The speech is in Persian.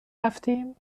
رفتیم